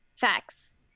facts